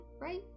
right